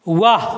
वाह